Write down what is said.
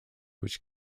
which